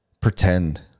pretend